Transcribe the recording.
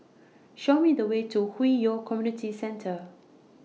Show Me The Way to Hwi Yoh Community Centre